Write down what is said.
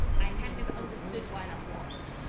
i kind of understood why that was,